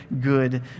good